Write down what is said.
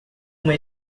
uma